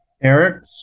Eric